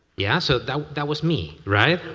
yeah so that that was me, right?